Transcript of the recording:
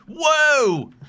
Whoa